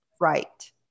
Right